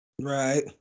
Right